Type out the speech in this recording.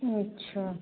अच्छा